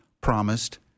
promised